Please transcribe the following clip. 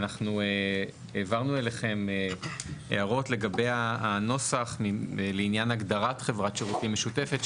אנחנו העברנו אליכם הערות לגבי הנוסח לעניין הגדרת חברת שירותים משותפת,